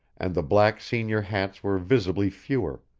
and the black senior hats were visibly fewer,